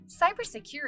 Cybersecurity